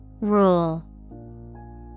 Rule